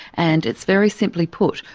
and it's very simply put.